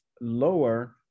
lower